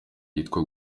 yitwa